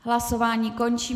Hlasování končím.